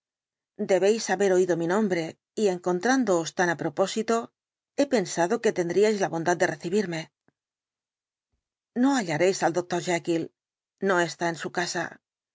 debéis haber oído mi nombre y encontrándoos tan á propósito he pensado que tendríais la bondad de recibirme no hallaréis al dr jekyll no está en su casa